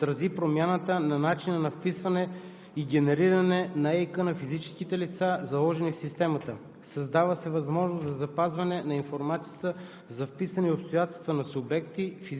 Поставя се на законова основа и надграждането на регистър БУЛСТАТ, за да се отрази промяната на начина на вписване и генериране на ЕИК на физически лица, заложена в системата.